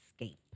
escape